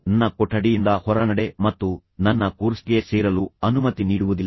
ನನ್ನ ಕೊಠಡಿಯಿಂದ ಹೊರನಡೆ ಮತ್ತು ನನ್ನ ಕೋರ್ಸ್ಗೆ ಸೇರಲು ಅನುಮತಿ ನೀಡುವುದಿಲ್ಲ